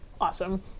Awesome